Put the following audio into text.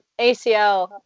ACL